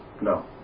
No